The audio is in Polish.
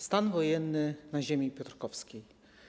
Stan wojenny na ziemi piotrkowskiej.